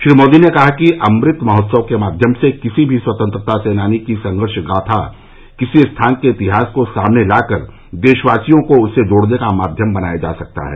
श्री मोदी ने कहा कि अमृत महोत्सव के माध्यम से किसी भी स्वतंत्रता सेनानी की संघर्ष गाथा किसी स्थान के इतिहास को सामने लाकर देशवासियों को उससे जोड़ने का माध्यम बनाया जा सकता है